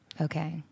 Okay